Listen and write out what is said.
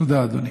תודה, אדוני.